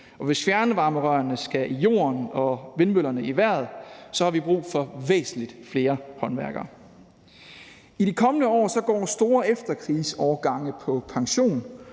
hvis fjernvarmerørene skal i jorden og vindmøllerne i vejret, har vi brug for væsentlig flere håndværkere. I de kommende år går store efterkrigsårgange på pension,